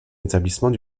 établissement